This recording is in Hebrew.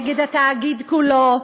נגד התאגיד כולו,